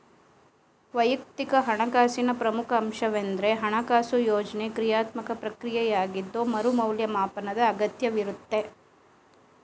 ವೈಯಕ್ತಿಕ ಹಣಕಾಸಿನ ಪ್ರಮುಖ ಅಂಶವೆಂದ್ರೆ ಹಣಕಾಸು ಯೋಜ್ನೆ ಕ್ರಿಯಾತ್ಮಕ ಪ್ರಕ್ರಿಯೆಯಾಗಿದ್ದು ಮರು ಮೌಲ್ಯಮಾಪನದ ಅಗತ್ಯವಿರುತ್ತೆ